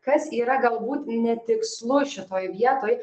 kas yra galbūt netikslu šitoj vietoj